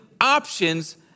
options